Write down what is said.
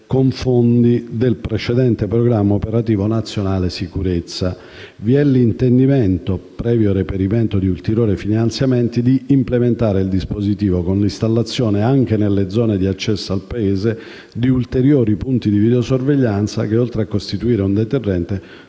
con fondi del precedente Programma operativo nazionale sicurezza. Vi è l'intendimento, previo reperimento di ulteriori finanziamenti, di implementare il dispositivo con l'installazione, anche nelle zone di accesso al paese, di ulteriori punti di videosorveglianza che, oltre a costituire un deterrente,